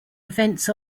events